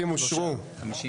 הצבעה